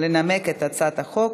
לנמק את הצעת החוק.